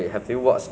wait for